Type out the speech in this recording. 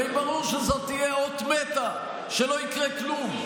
הרי ברור שזאת תהיה אות מתה, שלא יקרה כלום.